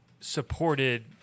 supported